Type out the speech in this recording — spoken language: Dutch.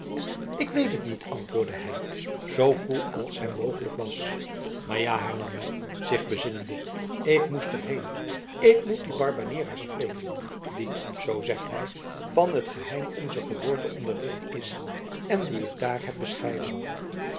ik weet het niet antwoordde hij zoo koel als hem mogelijk was maar ja hernam hij zich bezinnende ik moet er heen ik moet dien barbanera spreken die zoo hij zegt van het geheim onzer geboorte onderricht is en dien ik daar heb bescheiden